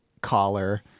collar